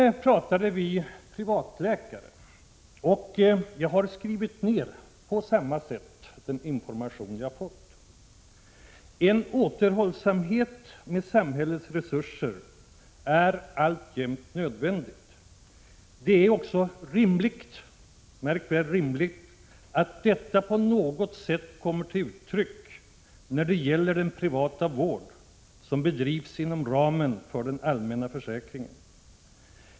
Vi talade också om privatläkare, och jag har på samma sätt skrivit ned den information som jag fått om dessa: En återhållsamhet med samhällets resurser är alltjämt nödvändig. Det är också rimligt — märk väl rimligt! — att detta på något sätt kommer till uttryck när det gäller den privata vård som bedrivs inom ramen för den allmänna försäkringen.